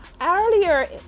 earlier